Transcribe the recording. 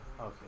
Okay